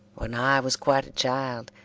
when i was quite a child,